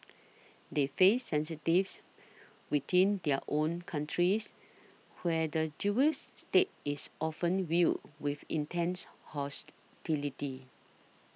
they face sensitivities within their own countries where the Jewish state is often viewed with intense hostility